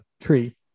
tree